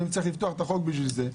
ואם צריך לפתוח את החוק בשביל זה.